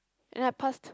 and I passed